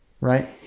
right